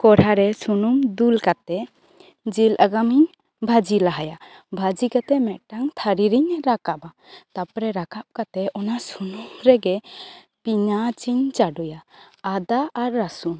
ᱠᱚᱲᱦᱟ ᱨᱮ ᱥᱩᱱᱤᱢ ᱫᱩᱞ ᱠᱟᱛᱮ ᱡᱤᱞ ᱟᱜᱟᱢᱤᱧ ᱵᱷᱟᱹᱡᱤ ᱞᱟᱦᱟᱭᱟ ᱵᱷᱟᱹᱡᱤ ᱠᱟᱛᱮ ᱢᱤᱫᱴᱟᱝ ᱛᱷᱟᱹᱨᱤ ᱨᱤᱧ ᱨᱟᱠᱟᱵᱟ ᱛᱟᱯᱚᱨᱮ ᱨᱟᱠᱟᱯ ᱠᱟᱛᱮ ᱚᱱᱟ ᱥᱩᱱᱩᱢ ᱨᱮᱜᱮ ᱯᱤᱭᱟᱡᱤᱧ ᱪᱟᱰᱳᱭᱟ ᱟᱫᱟ ᱟᱨ ᱨᱟᱥᱩᱱ